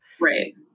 Right